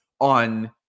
on